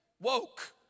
woke